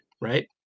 Right